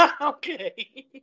Okay